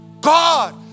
God